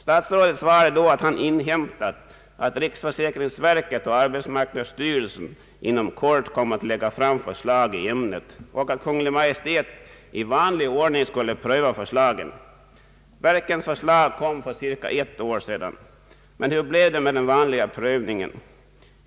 Statsrådet svarade då att han inhämtat att riksförsäkringsverket och arbetsmarknadsstyrelsen inom kort skulle komma att lägga fram förslag i ämnet och att Kungl. Maj:t i vanlig ordning skulle pröva förslagen. Verkens förslag kom för cirka ett år sedan. Men hur blev det med den vanliga prövningen?